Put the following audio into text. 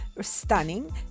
stunning